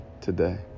today